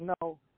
no